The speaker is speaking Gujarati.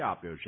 એ આપ્યો છે